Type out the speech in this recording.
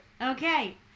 okay